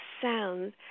sound